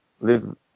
live